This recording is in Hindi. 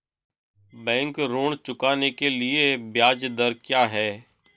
बैंक ऋण चुकाने के लिए ब्याज दर क्या है?